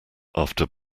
after